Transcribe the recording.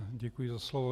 Děkuji za slovo.